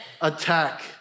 attack